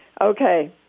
Okay